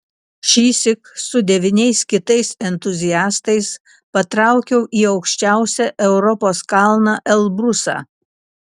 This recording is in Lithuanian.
šįsyk su devyniais kitais entuziastais patraukiau į aukščiausią europos kalną elbrusą